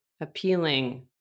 appealing